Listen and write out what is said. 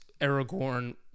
Aragorn